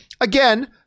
Again